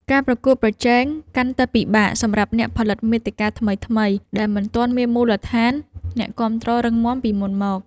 ការប្រកួតប្រជែងកាន់តែពិបាកសម្រាប់អ្នកផលិតមាតិកាថ្មីៗ ដែលមិនទាន់មានមូលដ្ឋានអ្នកគាំទ្ររឹងមាំពីមុនមក។